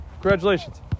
Congratulations